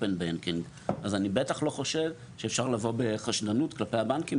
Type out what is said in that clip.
banking אז אני בטח לא חושב שאפשר לבוא בחשדנות כלפי הבנקים,